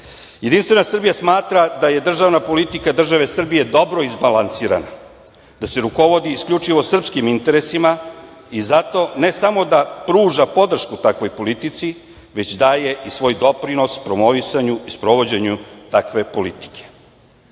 integriteta. Jedinstvena Srbija smatra da je državna politika države Srbije dobro izbalansirana, da se rukovodi isključivo srpskim interesima i zato, ne samo da pruža podršku takvoj politici, već daje svoj doprinos promovisanju i sprovođenju takve politike. Mnoge